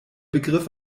begriff